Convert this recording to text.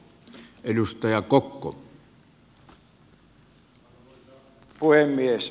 arvoisa puhemies